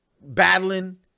battling